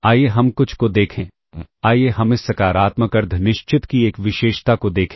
आइए हम कुछ को देखें आइए हम इस सकारात्मक अर्ध निश्चित की एक विशेषता को देखें